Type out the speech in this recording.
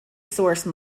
source